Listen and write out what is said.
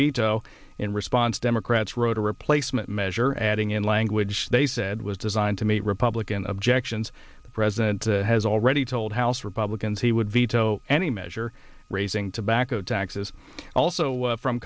veto in response democrats wrote a replacement measure adding in language they said was designed to meet republican objections the president has already told house republicans he would veto any measure raising tobacco taxes also from